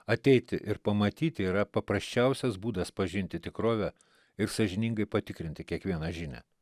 ateiti ir pamatyti yra paprasčiausias būdas pažinti tikrovę ir sąžiningai patikrinti kiekvieną žinią